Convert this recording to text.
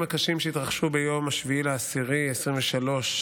הקשים שהתרחשו ביום 7 באוקטובר 2023,